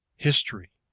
history,